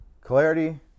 clarity